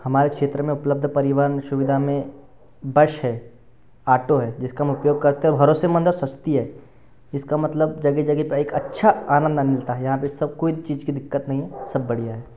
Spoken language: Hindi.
हमारे क्षेत्र में उपलब्ध परिवहन सुविधा में बस है आटो है जिसका हम उपयोग करते है भरोसेमंद है और सस्ती है इसका मतलब जगह जगह पर एक अच्छा आनंद मिलता है यहाँ पर सब कोई चीज की दिक्कत नहीं है सब बढ़िया है